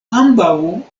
ambaŭ